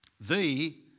Thee